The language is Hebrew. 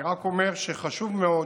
אני רק אומר שחשוב מאוד